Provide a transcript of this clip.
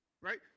Right